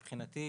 מבחינתי,